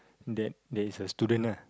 then there is a student lah